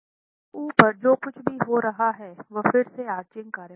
तो ऊपर जो कुछ भी हो रहा है वह फिर से आर्चिंग कार्रवाई है